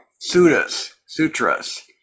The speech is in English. sutras